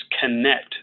connect